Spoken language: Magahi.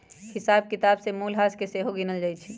हिसाब किताब में मूल्यह्रास के सेहो गिनल जाइ छइ